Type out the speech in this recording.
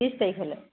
ত্ৰিছ তাৰিখলৈ